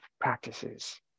practices